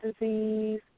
disease